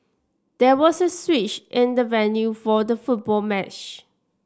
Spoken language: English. there was a switch in the venue for the football match